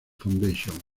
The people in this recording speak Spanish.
foundation